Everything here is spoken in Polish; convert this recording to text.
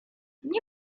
nie